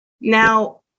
Now